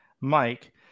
Mike